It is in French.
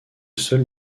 seul